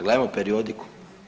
Gledajmo periodiku.